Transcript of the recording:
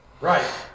Right